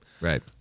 Right